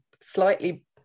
slightly